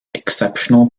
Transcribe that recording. exceptional